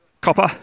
Copper